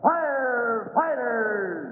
Firefighters